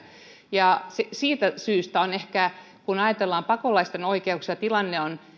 ja siitä syystä ehkä kun ajatellaan pakolaisten oikeuksia tilanne on